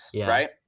right